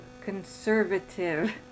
conservative